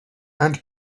and